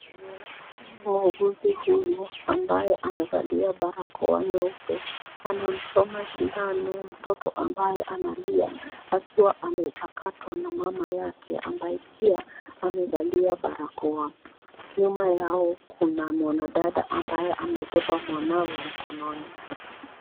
Muuguzi huyu ambaye amevalia barakoa nyeupe anamchoma sindano mtoto ambaye analia akiwa amepakatwa na mama yake ambaye pia amevalia barakoa. Nyuma yao kuna mwanadada ambaye amebeba mwanawe mkononi.